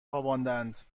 خواباندند